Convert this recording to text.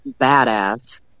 badass